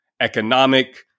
economic